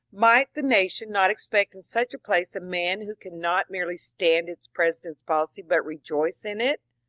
might the na tion not expect in such a place a man who can not merely stand its president's policy but rejoice in it?